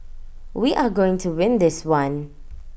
we are going to win this one